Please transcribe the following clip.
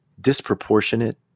disproportionate